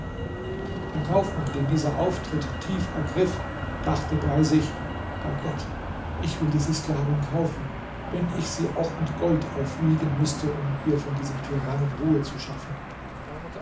der kaufmann den dieser auftritt tief ergriff dachte bei sich bei gott ich will diese sklavin kaufen wenn ich sie auch mit gold aufwiegen müßte um ihr von diesem tyrannen ruhe zu schaffen